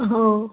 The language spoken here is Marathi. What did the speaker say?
हो